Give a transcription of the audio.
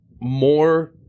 more